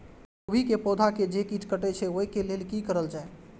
गोभी के पौधा के जे कीट कटे छे वे के लेल की करल जाय?